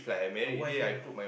your wife name ah